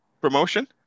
promotion